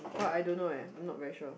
!wah! I don't know eh I'm not very sure